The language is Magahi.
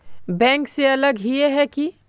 बैंक से अलग हिये है की?